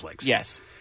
Yes